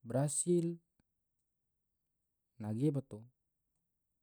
brasil, nage bato.